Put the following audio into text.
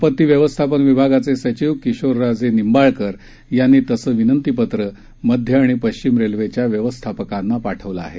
आपत्ती व्यवस्थापन विभागाचे सचिव किशोरराजे निंबाळकर यांनी तसं विनंती पत्र मध्य आणि पश्चिम रेल्वेच्या व्यवस्थापकांना पाठवलं आहे